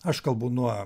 aš kalbu nuo